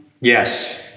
Yes